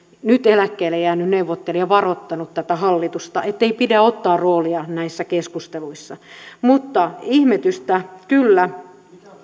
nyt eläkkeelle jäänyt neuvottelija varoittanut tätä hallitusta ettei pidä ottaa roolia näissä keskusteluissa mutta ihmetystä kyllä